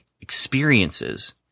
experiences